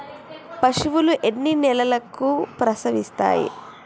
పశువులు ఎన్ని నెలలకు ప్రసవిస్తాయి?